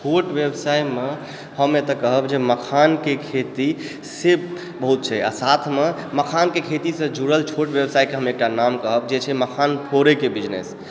छोट व्यवसायमे हम एते कहब जे मखानके खेतीसे बहुत छै साथमे मखानके खेतीसँ जुड़ल छोट व्यवसाय के हम एकटा नाम कहब जे छै मखान फोड़ैके छै